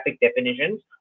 definitions